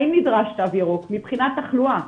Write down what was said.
האם נדרש תו ירוק מבחינת תחלואה,